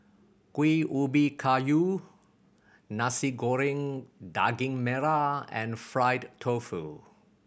Kuih Ubi Kayu Nasi Goreng Daging Merah and fried tofu